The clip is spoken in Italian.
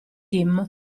team